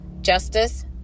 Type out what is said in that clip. justice